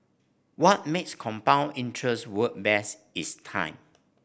what makes compound interest work best is time